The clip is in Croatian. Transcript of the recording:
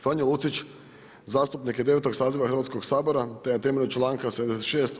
Franjo Lucić zastupnik je 9. saziva Hrvatskog sabora, te je na temelju članka 76.